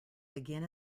begin